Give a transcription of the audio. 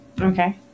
okay